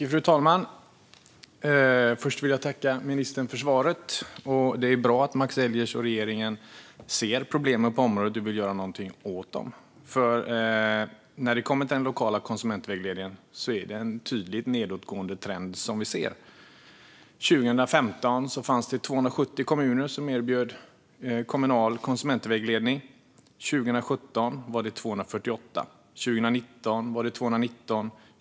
Fru talman! Först vill jag tacka ministern för svaret. Det är bra att Max Elger och regeringen ser problemen på området och vill göra någonting åt dem. När det kommer till den lokala konsumentvägledningen ser vi en tydligt nedåtgående trend. År 2015 fanns det 270 kommuner som erbjöd kommunal konsumentvägledning. År 2017 var det 248. År 2019 var det 219.